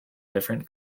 different